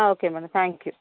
ah okay madam thank you